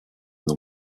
non